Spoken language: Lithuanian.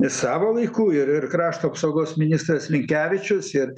nes savo laiku ir ir krašto apsaugos ministras linkevičius ir